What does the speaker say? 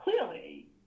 clearly